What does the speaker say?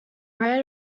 ran